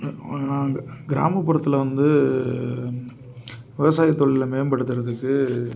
நாங்கள் கிராமபுரத்தில் வந்து விவசாயத்தொழில மேம்படுத்துகிறதுக்கு